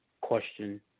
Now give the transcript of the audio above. question